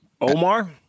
Omar